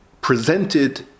presented